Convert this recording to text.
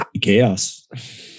Chaos